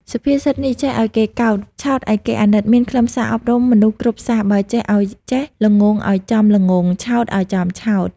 សុភាសិតនេះ ចេះឲ្យគេកោត ឆោតឲ្យគេអាណិត មានខ្លឹមសារអប់រំមនុស្សគ្រប់សាសន៍ បើចេះអោយចេះ ល្ងង់អោយចំល្ងង់ ឆោតអោយចំឆោត។